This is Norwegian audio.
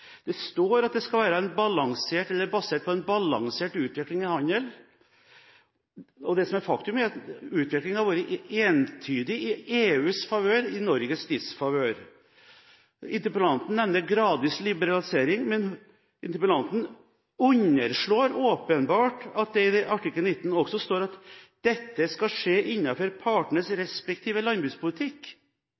Det står at det skal være basert på en balansert utvikling i handelen, men det som er faktum, er at utviklingen har vært entydig i EUs favør og Norges disfavør. Interpellanten nevner gradvis liberalisering, men hun underslår åpenbart at det i artikkel 19 også står at dette skal skje innenfor partenes respektive landbrukspolitikk.